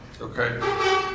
okay